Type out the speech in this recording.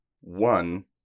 one